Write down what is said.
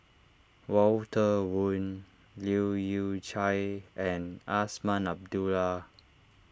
Walter Woon Leu Yew Chye and Azman Abdullah